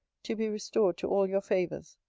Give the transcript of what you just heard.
to be restored to all your favours.